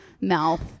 mouth